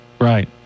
Right